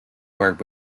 work